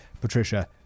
Patricia